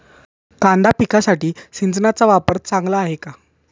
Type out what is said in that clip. कांदा पिकासाठी सिंचनाचा वापर चांगला आहे का?